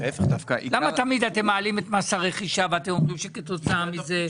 למה אתם מעלים את מס הרכישה והתיאומים שכתוצאה מזה?